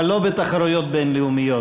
אבל לא בתחרויות בין-לאומיות,